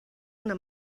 una